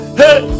hey